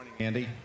Andy